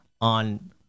on